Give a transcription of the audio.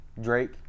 Drake